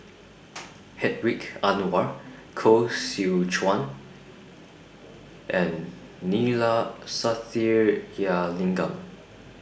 Hedwig Anuar Koh Seow Chuan and Neila Sathyalingam